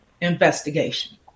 investigation